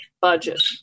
budget